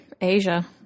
Asia